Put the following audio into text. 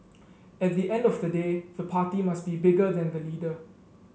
at the end of the day the party must be bigger than the leader